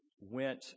went